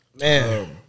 Man